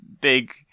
big